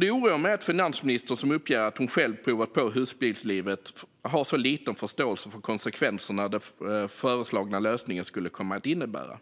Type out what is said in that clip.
Det oroar mig att finansministern, som uppger att hon själv provat på husbilslivet, har så liten förståelse för vilka konsekvenser den föreslagna lösningen skulle kunna medföra.